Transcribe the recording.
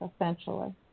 essentially